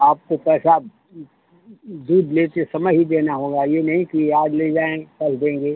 आपको पैसा दूध लेते समय ही देना होगा यह नहीं कि आज ले जाएँ कल देंगे